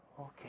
Okay